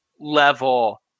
level